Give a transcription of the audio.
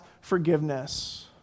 forgiveness